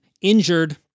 injured